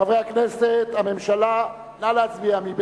חברי הכנסת, הממשלה, נא להצביע.